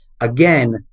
again